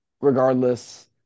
regardless